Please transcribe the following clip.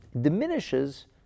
Diminishes